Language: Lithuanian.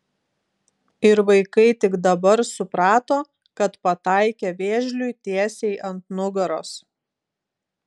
ir vaikai tik dabar suprato kad pataikė vėžliui tiesiai ant nugaros